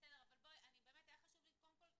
היה לי חושב קודם כל